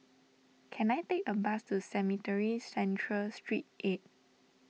can I take a bus to Cemetry Central Street eighth